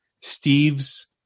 Steve's